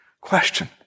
question